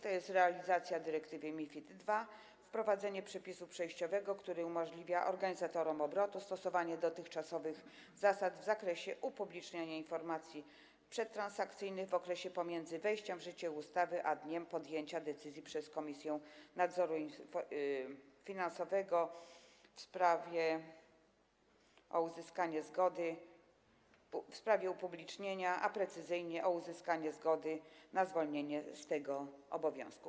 To jest realizacja dyrektywy MiFID II, wprowadzenie przepisu przejściowego, który umożliwia organizatorom obrotu stosowanie dotychczasowych zasad w zakresie upubliczniania informacji przedtransakcyjnych w okresie pomiędzy wejściem w życie ustawy a dniem podjęcia przez Komisję Nadzoru Finansowego decyzji w sprawie o uzyskanie zgody... w sprawie upublicznienia, a precyzyjnie: o uzyskanie zgody na zwolnienie z tego obowiązku.